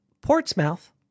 Portsmouth